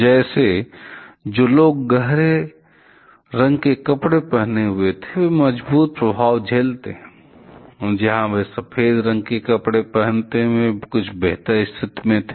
जैसे जो लोग गहरे रंग के कपड़े पहने हुए थे वे मजबूत प्रभाव झेलते हैं जहाँ वे सफेद रंग के कपड़े पहनते हैं वे कुछ बेहतर स्थिति में थे